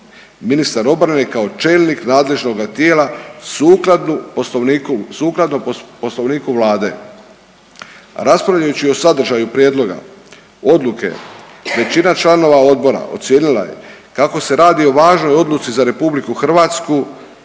ministar obrane kao čelnik nadležnoga tijela sukladno Poslovniku. Raspravljajući o sadržaju prijedloga odluke većina članova odbora ocijenila je kako se radi o važnoj odluci za RH i moralno